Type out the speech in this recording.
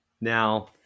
Now